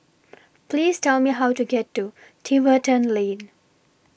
Please Tell Me How to get to Tiverton Lane